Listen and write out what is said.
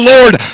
Lord